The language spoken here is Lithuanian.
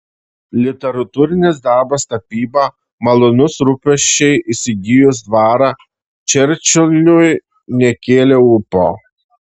literatūrinis darbas tapyba malonūs rūpesčiai įsigijus dvarą čerčiliui nekėlė ūpo